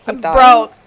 Bro